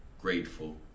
grateful